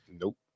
Nope